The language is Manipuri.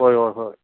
ꯍꯣꯏ ꯍꯣꯏ ꯍꯣꯏ